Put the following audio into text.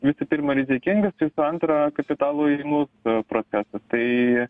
visų pirma rizikingas visų antra kapitalui imlus procesas tai